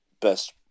best